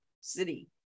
city